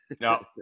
No